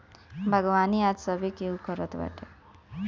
बागवानी आज सभे केहू करत बाटे